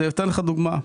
אני אתן לך דוגמה,